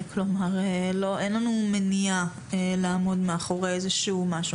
אין לנו מניעה לעמוד מאחורי איזה שהוא משהו,